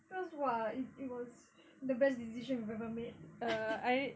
terus !wah! it it was the best decision we've ever made